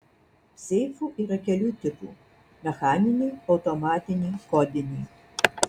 seifų yra kelių tipų mechaniniai automatiniai kodiniai